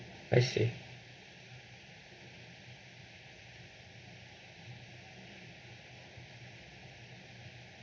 I see